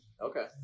Okay